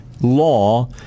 law